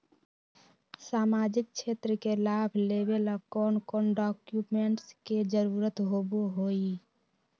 सामाजिक क्षेत्र के लाभ लेबे ला कौन कौन डाक्यूमेंट्स के जरुरत होबो होई?